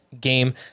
game